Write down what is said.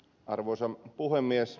arvoisa puhemies